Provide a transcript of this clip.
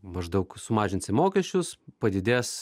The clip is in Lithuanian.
maždaug sumažinsim mokesčius padidės